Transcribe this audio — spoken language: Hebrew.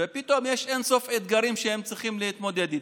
ופתאום יש אין-סוף אתגרים שהם צריכים להתמודד איתם.